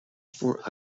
for